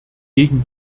gegen